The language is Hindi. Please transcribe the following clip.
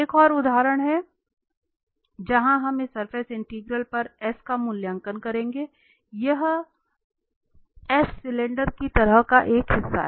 एक और उदाहरण जहां हम इस सरफेस इंटीग्रल का S पर मूल्यांकन करेंगे वह S सिलेंडर की सतह का एक हिस्सा है